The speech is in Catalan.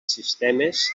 sistemes